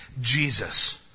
Jesus